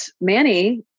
Manny